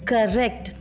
Correct